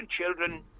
children